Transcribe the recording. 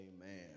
Amen